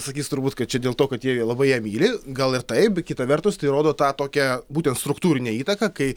sakys turbūt kad čia dėl to kad jie labai ją myli gal ir taip kita vertus tai rodo tą tokią būtent struktūrinę įtaką kai